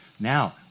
Now